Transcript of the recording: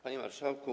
Panie Marszałku!